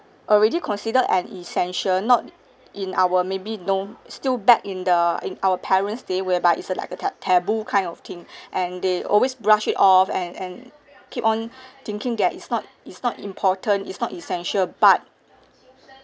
already considered an essential not in our maybe know still back in the in our parents day whereby it's a like a tab taboo kind of thing and they always brushed it off and and keep on thinking that it's not it's not important its not essential but